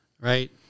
right